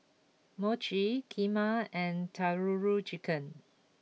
Mochi Kheema and Tandoori Chicken